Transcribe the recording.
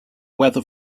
weather